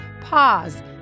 Pause